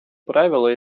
правила